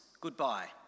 goodbye